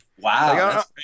Wow